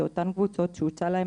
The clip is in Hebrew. זה אותן קבוצות שהוצא להם